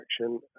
action